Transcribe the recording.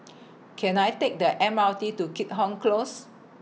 Can I Take The M R T to Keat Hong Close